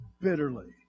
bitterly